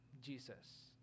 Jesus